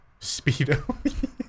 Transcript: speedo